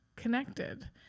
connected